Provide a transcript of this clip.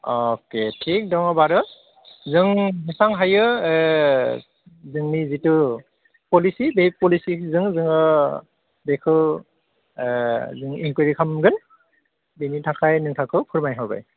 अके थिख दङ बारु जों जेसां हायो जोंनि जिथु पलिसि बे पलिसिजों जोङो बेखौ जोङो इनकुवेरि खालामगोन बिनि थाखाय नोंथांखौ फोरमायहरबाय